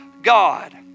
God